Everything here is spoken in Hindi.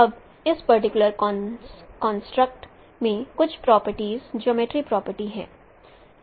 अब इस पर्टिकुलर कंस्ट्रक्ट में कुछ प्रॉपर्टीज जियोमर्ट्री प्रॉपर्टीज हैं